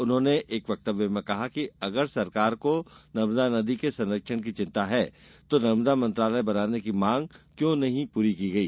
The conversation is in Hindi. उन्होंने एक वक्तव्य में कहा कि अगर सरकार को नर्मदा नदी के संरक्षण की चिंता है तो नर्मदा मंत्रालय बनाने की मांग क्यों पूरी नहीं की गई